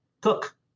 cook